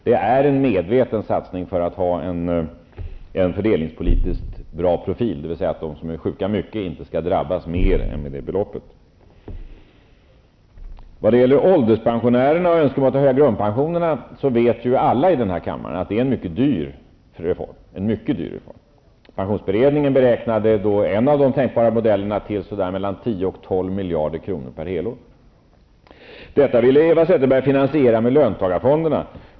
Det är en medveten satsning på en fördelningspolitiskt bra profil, dvs. att de som är sjuka mycket inte skall drabbas med mer än med det beloppet. När det gäller ålderspensionärerna och önskemålet om att höja grundpensionerna vet alla i denna kammare att det är en mycket dyr reform. Pensionsberedningen beräknade kostnaderna för en av de tänkbara modellerna till mellan 10 och 12 miljarder kronor per år. Detta ville Eva Zetterberg finansiera via löntagarfonderna.